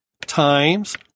times